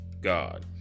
God